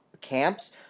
camps